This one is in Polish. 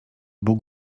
bóg